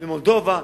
ממולדובה,